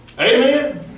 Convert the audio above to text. Amen